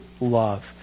love